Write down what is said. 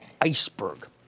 iceberg